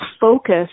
focus